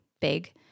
big